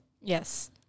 Yes